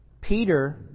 Peter